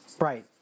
right